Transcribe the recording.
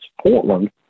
Portland